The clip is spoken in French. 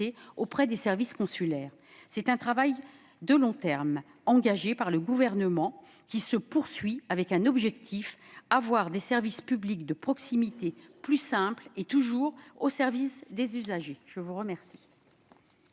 auprès des services consulaires. C'est un travail de long terme que le Gouvernement a engagé. Il se poursuit avec un objectif : avoir des services publics de proximité plus simples et toujours au service des usagers. La parole